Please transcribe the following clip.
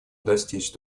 достичь